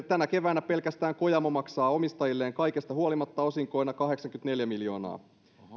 tänä keväänä pelkästään kojamo maksaa omistajilleen kaikesta huolimatta osinkoina kahdeksankymmentäneljä miljoonaa